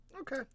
Okay